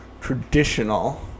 traditional